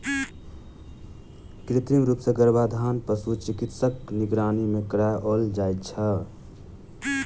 कृत्रिम रूप सॅ गर्भाधान पशु चिकित्सकक निगरानी मे कराओल जाइत छै